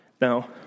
Now